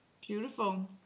Beautiful